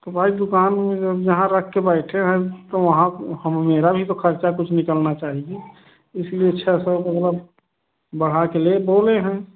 तो भाई दुकान यहाँ रख के बैठे हैं तो वहाँ तो हम मेरा भी तो खर्चा कुछ निकलना चाहिए इसलिए छ सौ मतलब बढ़ा के ले बोले हैं